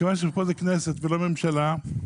מכיוון שפה זו הכנסת ולא ממשלה,